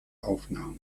aufnahm